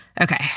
Okay